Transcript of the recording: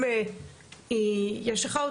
כן.